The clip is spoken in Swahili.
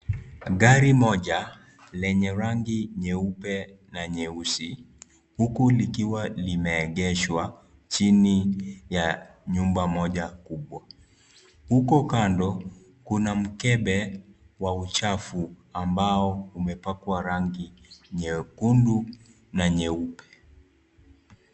Gari moja lenye rangi nyeupe na nyeusi huku likiwa lime egeshwa chini ya nyumba moja kubwa huko kando kuna mkebe wa uchafu ambao umepakwa rangi nyekundu na nyeupe.